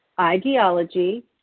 ideology